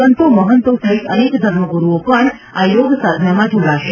સંતો મહંતો સહિત અનેક ધર્મગ્રુઓ પણ આ યોગસાધનામાં જોડાશે